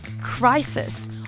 crisis